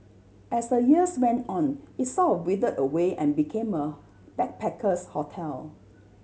as the years went on it sort of withered away and became a backpacker's hotel